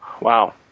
Wow